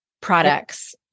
products